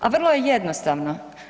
A vrlo je jednostavno.